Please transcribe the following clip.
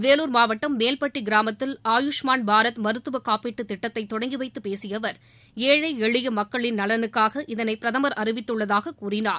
வேலூர் மாவட்டம் மேல்பட்டி கிராமத்தில் ஆயுஷ்மான் பாரத் மருத்துவ காப்பீட்டு திட்டத்தை தொடங்கி வைத்து பேசிய அவர் ஏழை எளிய மக்களின் நலனுக்காக இதனை பிரதமர் அறிவித்துள்ளதாக கூறினார்